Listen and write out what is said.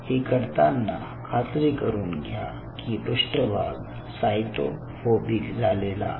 हे करताना खात्री करून घ्या की पृष्ठभाग सायटो फोबिक झालेला आहे